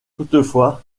toutefois